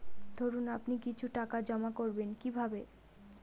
ধরুন আপনি কিছু টাকা জমা করবেন কিভাবে?